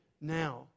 now